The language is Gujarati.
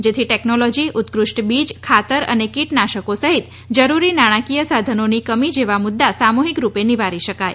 જેથી ટેકનોલોજી ઉત્કૃષ્ઠ બીજ ખાતર અને કીટનાશકો સહિત જરૂરી નાણાંકીય સાધનોની કમી જેવા મુદ્દા સામુહીક રૂપે નિવારી શકાય